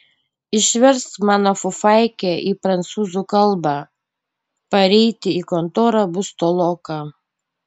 išversk mano fufaikę į prancūzų kalbą pareiti į kontorą bus toloka